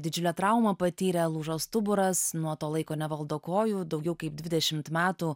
didžiulę traumą patyrė lūžo stuburas nuo to laiko nevaldo kojų daugiau kaip dvidešimt metų